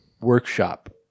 workshop